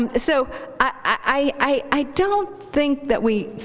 um so i don't think that we